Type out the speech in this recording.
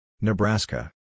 Nebraska